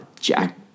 Jack